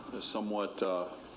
somewhat